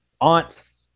aunt's